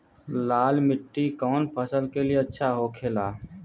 लाल मिट्टी कौन फसल के लिए अच्छा होखे ला?